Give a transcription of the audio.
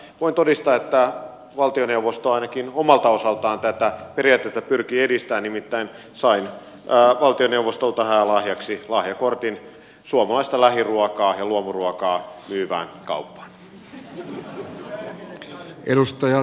voin todistaa että valtioneuvosto ainakin omalta osaltaan tätä periaatetta pyrkii edistämään nimittäin sain valtioneuvostolta häälahjaksi lahjakortin suomalaista lähiruokaa ja luomuruokaa myyvään kauppaan